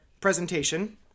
presentation